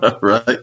Right